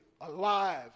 alive